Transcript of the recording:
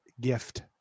gift